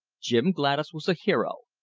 jim gladys was a hero,